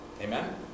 Amen